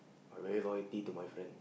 I very loyalty to my friend